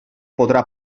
podrà